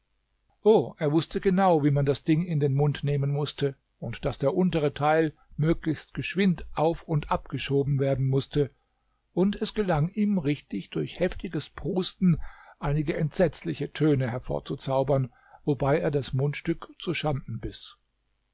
o er wußte genau wo man das ding in den mund nehmen mußte und daß der untere teil möglichst geschwind auf und abgeschoben werden mußte und es gelang ihm richtig durch heftiges prusten einige entsetzliche töne hervorzuzaubern wobei er das mundstück zu schanden biß